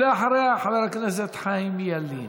ואחריה, חבר הכנסת חיים ילין.